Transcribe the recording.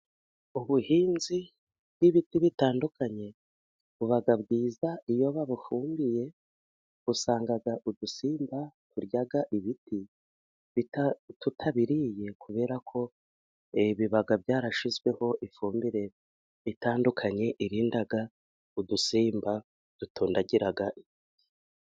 Ubuhinzi bw'ibiti bitandukanye buba bwiza, iyo ba bufumbiye usanga udusimba turya ibiti tutabiriye, kuberako biba byarashyizweho ifumbire itandukanye, irinda udusimba dutondagira.